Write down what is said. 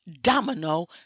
domino